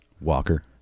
walker